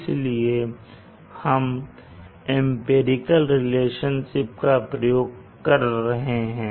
इसलिए हम empirical relationship का प्रयोग कर रहे हैं